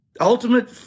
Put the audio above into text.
Ultimate